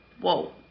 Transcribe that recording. Whoa